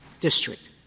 district